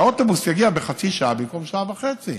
שהאוטובוס יגיע בחצי שעה במקום בשעה וחצי.